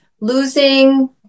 losing